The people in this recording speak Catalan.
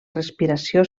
respiració